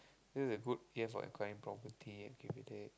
this is a good year for acquiring property accumulate